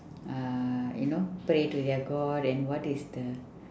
uh you know pray to their god and what is the